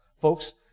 Folks